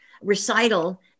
recital